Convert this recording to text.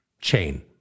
chain